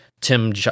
Tim